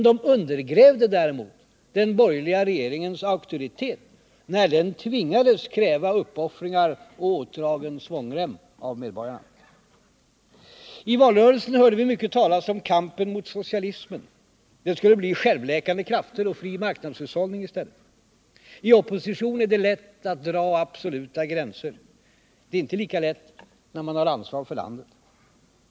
De undergrävde däremot den borgerliga regeringens auktoritet, när den tvingades kräva uppoffringar och åtdragen svångrem av människorna. I valrörelsen hörde vi mycket talas om kampen mot socialism. Det skulle bli självläkande krafter och fri marknadshushållning i stället. I opposition är det lätt att dra absoluta gränser. Det är inte lika lätt när man har ansvar för landet.